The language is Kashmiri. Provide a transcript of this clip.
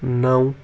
نَو